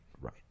right